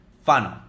Funnel